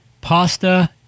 pasta